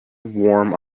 warm